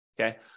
Okay